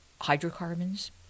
hydrocarbons